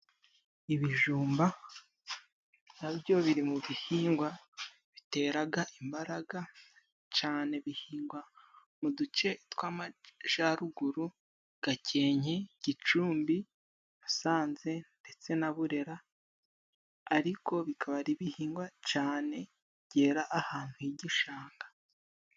Ibijumba nabyo biri mu bihingwa bi biteraga imbaraga ,cane bihingwa mu duce tw'amajaruguru: Gakenke ,Gicumbi ,Musanze ,ndetse na Burera. Ariko bikabari ari bihingwa cane byera ahantu h'igishanga.